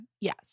yes